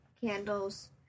candles